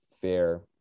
fair